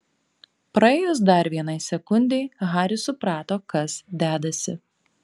praėjus dar vienai sekundei haris suprato kas dedasi